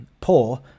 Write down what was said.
poor